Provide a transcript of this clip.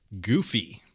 Goofy